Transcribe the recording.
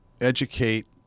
educate